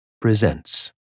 presents